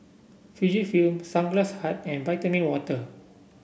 Fujifilm Sunglass Hut and Vitamin Water